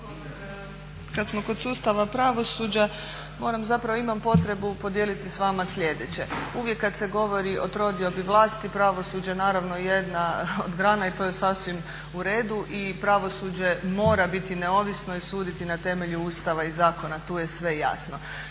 Kad smo kod sustava pravosuđa moram zapravo, imam potrebu podijeliti sa vama slijedeće. Uvijek kad se govori o trodiobi vlasti pravosuđe je naravno jedna od grana i to je sasvim u redu i pravosuđe mora biti neovisno i suditi na temelju Ustava i zakona. Tu je sve jasno.